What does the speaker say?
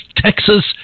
Texas